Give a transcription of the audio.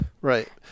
Right